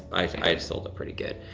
i sold it pretty good,